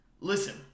listen